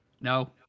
No